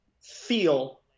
feel